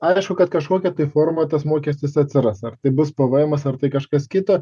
aišku kad kažkokia tai forma tas mokestis atsiras ar tai bus pvmas ar tai kažkas kita